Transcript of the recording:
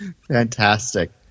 Fantastic